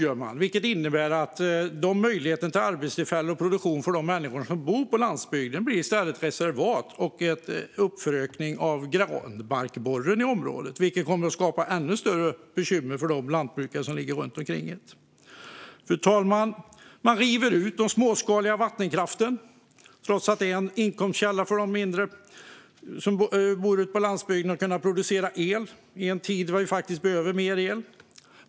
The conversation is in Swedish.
Det innebär att de möjligheter till arbetstillfällen och produktion för människor som bor på landsbygden i stället blir reservat med uppfödning av granbarkborren i området. Det kommer i sin tur att skapa ännu större bekymmer för de lantbrukare som finns runt omkring det hela. Fru talman! Man river ut den småskaliga vattenkraften, trots att det är en inkomstkälla för dem som bor på landsbygden genom vilken de kan producera el i en tid då vi behöver mer el.